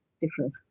different